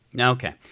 Okay